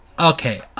okay